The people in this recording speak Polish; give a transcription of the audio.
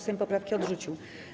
Sejm poprawki odrzucił.